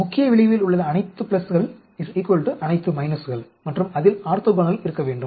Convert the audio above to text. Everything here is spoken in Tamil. முக்கிய விளைவில் உள்ள அனைத்து பிளஸ்கள் அனைத்து மைனஸ்கள் மற்றும் அதில் ஆர்த்தோகனல் இருக்க வேண்டும்